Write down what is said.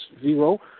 zero